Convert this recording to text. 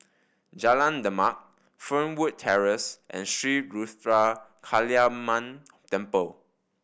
Jalan Demak Fernwood Terrace and Sri Ruthra Kaliamman Temple